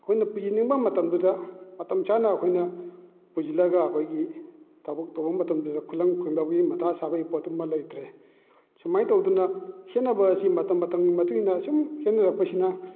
ꯑꯩꯈꯣꯏꯅ ꯄꯨꯁꯤꯟꯅꯤꯡꯕ ꯃꯇꯝꯗꯨꯗ ꯃꯇꯝ ꯆꯥꯅ ꯑꯩꯈꯣꯏꯅ ꯄꯨꯁꯤꯜꯂꯒ ꯑꯩꯈꯣꯏꯒꯤ ꯊꯕꯛ ꯇꯧꯕ ꯃꯇꯝꯗꯁꯨ ꯈꯨꯂꯪ ꯐꯪꯗꯕꯒꯤ ꯃꯊꯥ ꯁꯥꯕꯒꯤ ꯄꯣꯠꯇꯨꯃ ꯂꯩꯇ꯭ꯔꯦ ꯁꯨꯃꯥꯏꯅ ꯇꯧꯗꯅ ꯈꯦꯟꯅꯕ ꯑꯁꯤ ꯃꯇꯝ ꯃꯇꯝꯒꯤ ꯃꯇꯨꯡ ꯏꯟꯅ ꯑꯁꯨꯝ ꯈꯦꯟꯅꯔꯛꯄꯁꯤꯅ